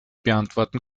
beantworten